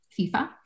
FIFA